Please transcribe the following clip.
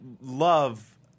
love